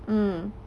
mm